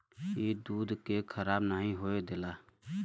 ई दूध के खराब नाही होए देला